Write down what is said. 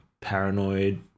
paranoid